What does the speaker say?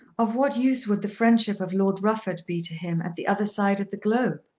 of what use would the friendship of lord rufford be to him at the other side of the globe?